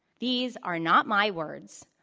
these are not my words,